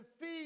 feed